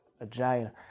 agile